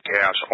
cash